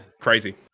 crazy